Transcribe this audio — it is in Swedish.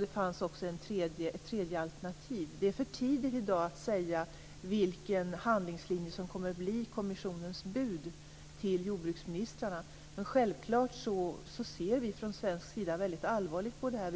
Det fanns också ett tredje alternativ. Det är för tidigt i dag att säga vilken handlingslinje som kommer att bli kommissionens bud till jordbruksministrarna, men självklart ser vi från svensk sida väldigt allvarligt på det här.